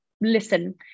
listen